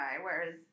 whereas